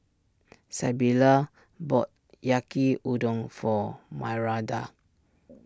Sybilla bought Yaki Udon for Myranda